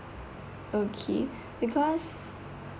okay because